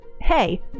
Hey